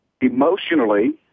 emotionally